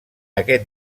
aquest